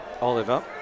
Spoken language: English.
Oliver